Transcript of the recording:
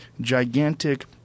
gigantic